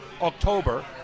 October